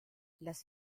las